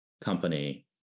company